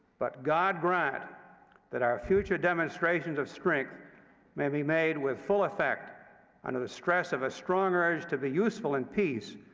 but god grant that our future demonstrations of strength may be made with full effect under the stress of a strong urge to be useful in peace,